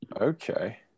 Okay